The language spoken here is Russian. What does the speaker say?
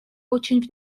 очень